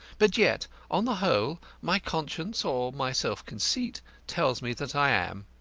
but yet on the whole my conscience or my self-conceit tells me that i am.